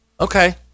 Okay